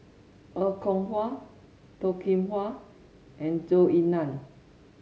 Er Kwong Wah Toh Kim Hwa and Zhou Ying Nan